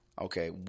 Okay